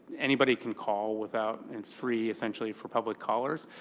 anybody can call without it's free, essentially, for public callers.